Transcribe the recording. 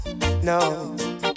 no